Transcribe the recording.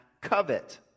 covet